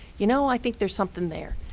you know, i think there's something there.